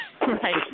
Right